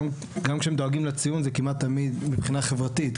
גם שהם דואגים לציון זה כמעט תמיד מבחינה חברתית,